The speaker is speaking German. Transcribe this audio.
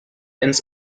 ins